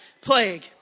plague